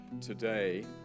today